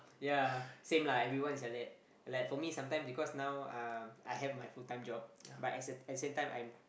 ya same lah everyone is like that like for me sometimes because now um I have my full time job but as at at same time I'm